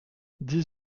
dix